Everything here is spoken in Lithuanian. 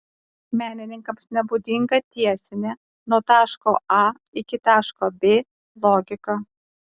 menininkams nebūdinga tiesinė nuo taško a iki taško b logika